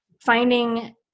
finding